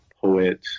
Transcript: poet